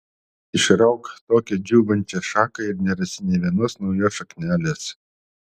išrauk tokią džiūvančią šaką ir nerasi nė vienos naujos šaknelės